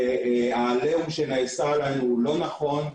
הנרטיב שנעשה אינו נכון.